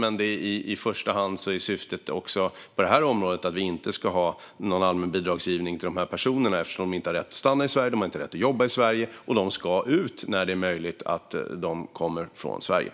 Men i första hand är syftet också på detta område att vi inte ska ha någon allmän bidragsgivning till dessa personer eftersom de inte har rätt att stanna i Sverige och inte har rätt att jobba i Sverige, och de ska ut ur Sverige när det är möjligt.